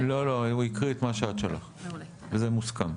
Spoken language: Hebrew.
לא, לא, הוא הקריא את מה שאת שלחת וזה מוסכם.